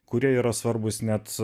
kurie yra svarbūs net